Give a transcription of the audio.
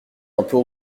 impôt